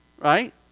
Right